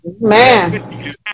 Man